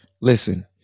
Listen